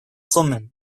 woman